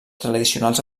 tradicionals